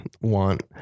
want